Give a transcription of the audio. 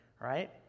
right